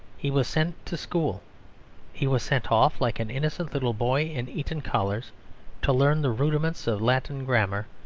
he was sent to school he was sent off like an innocent little boy in eton collars to learn the rudiments of latin grammar,